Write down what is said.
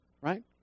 right